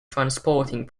transporting